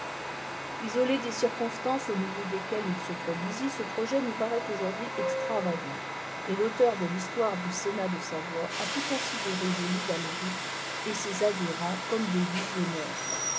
isolé des circonstances au milieu desquelles il se produisit ce projet nous paraît aujourd'hui extravagant et l'auteur de y histoire du sénat de savoie a pu considérer joly d'allery et ses adhérents comme des visionnaires